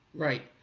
right,